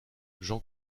j’en